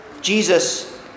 Jesus